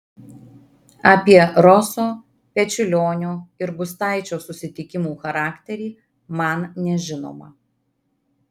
apie roso pečiulionio ir gustaičio susitikimų charakterį man nežinoma